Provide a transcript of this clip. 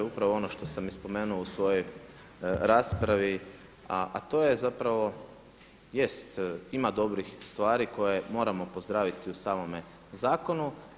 Upravo ono što sam i spomenuo u svojoj raspravi, a to zapravo jest, ima dobrih stvari koje moramo pozdraviti u samome zakonu.